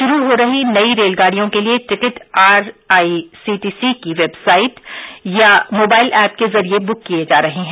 शुरू हो रही नई रेलगाड़ियों के लिए टिकट आईआरसीटीसी की वेबसाइट या मोबाइल ऐप के जरिये बुक किये जा रहे हैं